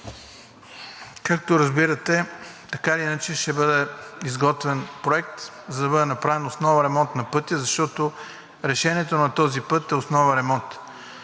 Както разбирате, така или иначе, ще бъде изготвен проект, за да бъде направен основен ремонт на пътя, защото решението на този път е основен ремонт.